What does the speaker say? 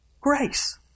grace